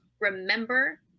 remember